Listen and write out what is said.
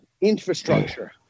infrastructure